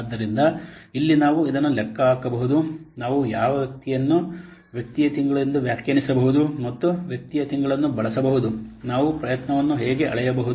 ಆದ್ದರಿಂದ ಇಲ್ಲಿ ನಾವು ಇದನ್ನು ಲೆಕ್ಕ ಹಾಕಬಹುದು ನಾವು ಯಾವ ವ್ಯಕ್ತಿಯನ್ನು ವ್ಯಕ್ತಿಯ ತಿಂಗಳು ಎಂದು ವ್ಯಾಖ್ಯಾನಿಸಬಹುದು ಮತ್ತು ವ್ಯಕ್ತಿಯ ತಿಂಗಳನ್ನು ಬಳಸಬಹುದು ನಾವು ಪ್ರಯತ್ನವನ್ನು ಹೇಗೆ ಅಳೆಯಬಹುದು